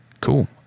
Cool